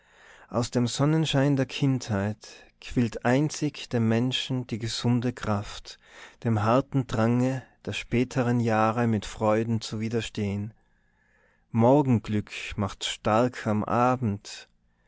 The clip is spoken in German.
aus dem sonnenschein der kindheit quillt einzig dem menschen die gesunde kraft dem harten drange der späteren jahre mit freuden zu widerstehen morgenglück macht stark am abend